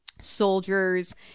soldiers